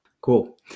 Cool